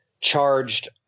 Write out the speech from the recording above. charged